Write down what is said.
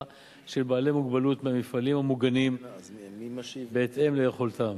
של בעלי מוגבלות מהמפעלים המוגנים בהתאם ליכולתם.